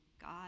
God